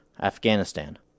afghanistan